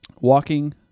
walking